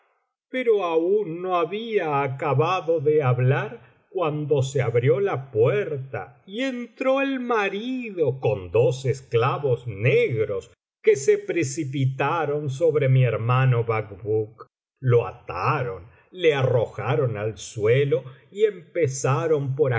pero aún no había acabado de hablar cuando se abrió la puerta y entró el marido con dos esclavos negros que se precipitaron sobre mi hermano bacbuk lo ataron le arrojaron al suelo y empezaron por